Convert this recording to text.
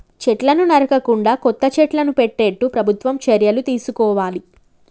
చెట్లను నరకకుండా కొత్త చెట్లను పెట్టేట్టు ప్రభుత్వం చర్యలు తీసుకోవాలి